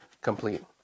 complete